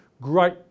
great